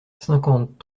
cinquante